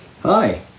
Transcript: Hi